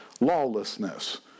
Lawlessness